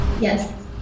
Yes